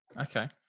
Okay